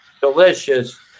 Delicious